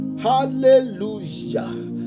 Hallelujah